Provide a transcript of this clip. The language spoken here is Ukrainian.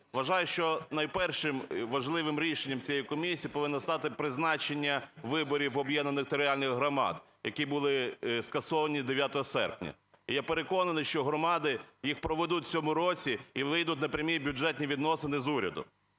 Вважаю, що найпершим важливим рішенням цієї комісії повинно стати призначення виборів об'єднаних територіальних громад, які були скасовані 9 серпня. І я переконаний, що громади їх проведуть в цьому році і вийдуть на прямі бюджетні відносини з урядом.